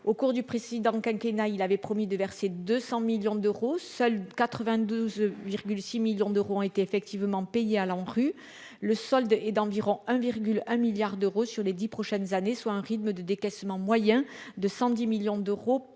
au cours du précédent quinquennat il avait promis de verser 200 millions d'euros, seul 92,6 millions d'euros ont été effectivement payé à ANRU rue le solde est d'environ 1,1 milliard d'euros sur les 10 prochaines années, soit un rythme de décaissement moyen de 110 millions d'euros